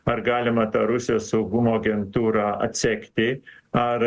ar galima tą rusijos saugumo agentūrą atsekti ar